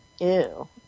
Ew